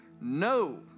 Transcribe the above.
No